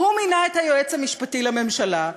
הוא מינה את היועץ המשפטי לממשלה.